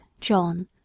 John